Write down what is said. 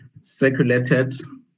circulated